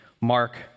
Mark